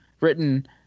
written